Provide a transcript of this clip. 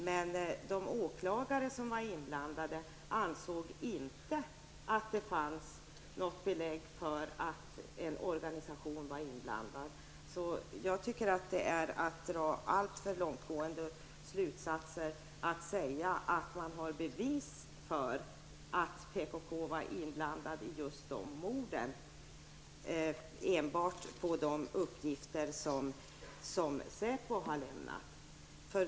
Men åklagarna ansåg inte att det fanns något belägg för att en organisation var inblandad. Jag tycker det är att dra alltför långtgående slutsatser när man med utgångspunkt i SÄPOs uppgifter säger att det finns bevis för att PKK som organisation var inblandad i de två morden.